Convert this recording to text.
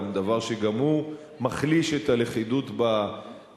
דבר שגם הוא מחליש את הלכידות בקואליציה,